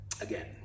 again